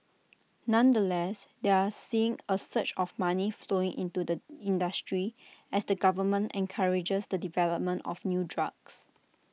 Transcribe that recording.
nonetheless they're seeing A surge of money flowing into the industry as the government encourages the development of new drugs